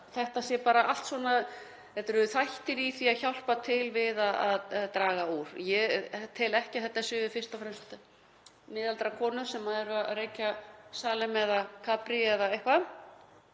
þetta séu bara allt þættir í því að hjálpa til við að draga úr neyslu. Ég tel ekki að þetta séu fyrst og fremst miðaldra konur sem eru að reykja Salem eða Capri eða eitthvað